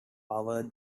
powers